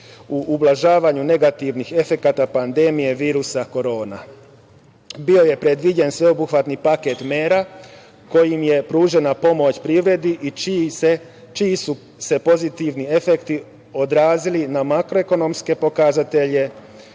u ublažavanju negativnih efekata pandemije virusa korona. Bio je predviđen sveobuhvatni paket mera kojim je pružena pomoć privredi i čiji su se pozitivni efekti odrazili na makroekonomske pokazatelje,